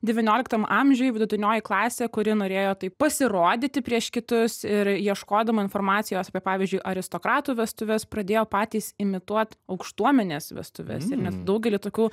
devynioliktam amžiuj vidutinioji klasė kuri norėjo taip pasirodyti prieš kitus ir ieškodama informacijos apie pavyzdžiui aristokratų vestuves pradėjo patys imituot aukštuomenės vestuves ir net daugelį tokių